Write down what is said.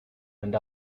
and